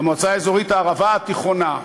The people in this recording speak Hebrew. המועצה האזורית הערבה התיכונה,